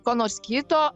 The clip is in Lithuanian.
ko nors kito